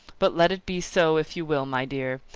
but let it be so, if you will, my dear.